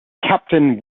captain